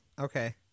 okay